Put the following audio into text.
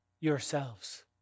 yourselves